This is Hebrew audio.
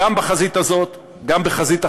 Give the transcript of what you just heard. גם בחזית הזאת, גם בחזית אחרת,